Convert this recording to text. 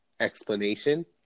explanation